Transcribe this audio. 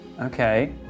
Okay